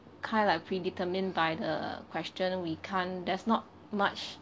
kind like predetermined by the question we can't there's not much